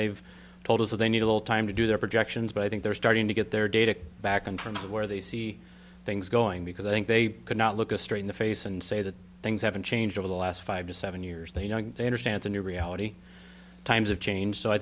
they've told us that they need a little time to do their projections but i think they're starting to get their data back on from where they see things going because i think they could not look a straight in the face and say that things haven't changed over the last five to seven years they know they understand the new reality times of change so i